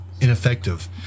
ineffective